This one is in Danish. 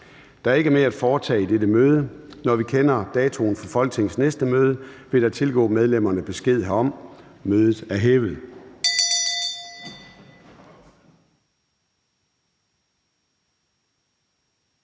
Der er ikke mere at foretage i dette møde. Når vi kender datoen for Folketingets næste møde, vil der tilgå medlemmerne besked herom. Mødet er hævet.